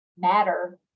matter